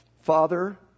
Father